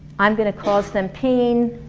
i'm gonna cause them pain,